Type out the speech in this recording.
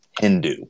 Hindu